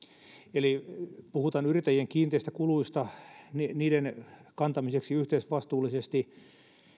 eli puhutaan yrittäjien kiinteistä kuluista niiden niiden kantamisesta yhteisvastuullisesti